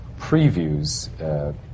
previews